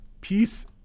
peace